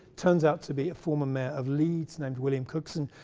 turns out to be a former mayor of leeds, named william cookson.